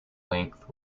length